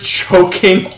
choking